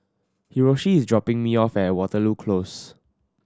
Hiroshi is dropping me off at Waterloo Close